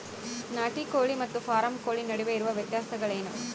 ನಾಟಿ ಕೋಳಿ ಮತ್ತು ಫಾರಂ ಕೋಳಿ ನಡುವೆ ಇರುವ ವ್ಯತ್ಯಾಸಗಳೇನು?